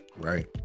right